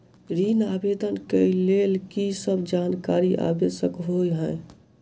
ऋण आवेदन केँ लेल की सब जानकारी आवश्यक होइ है?